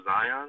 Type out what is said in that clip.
Zion